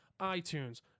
iTunes